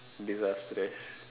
disastrous